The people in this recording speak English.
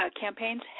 campaigns